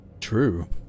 true